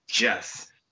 yes